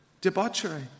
debauchery